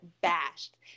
bashed